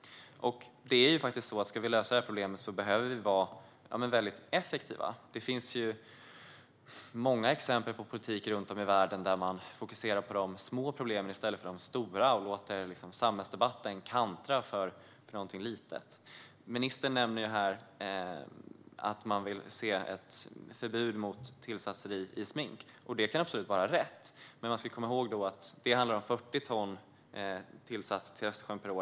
Om vi ska lösa detta problem behöver vi vara mycket effektiva. Det finns många exempel på politik runt om i världen där man fokuserar på de små problemen i stället för på de stora och låter samhällsdebatten kantra för något litet. Ministern nämner här att man vill se ett förbud mot tillsatser i smink. Det kan absolut vara rätt. Men man ska då komma ihåg att det handlar om 40 ton tillsatser till Östersjön per år.